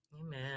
Amen